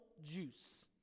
juice